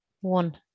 One